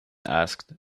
asked